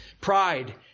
Pride